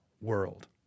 world